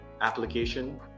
application